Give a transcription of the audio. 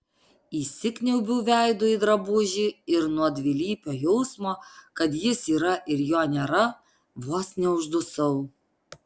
įsikniaubiau veidu į drabužį ir nuo dvilypio jausmo kad jis yra ir jo nėra vos neuždusau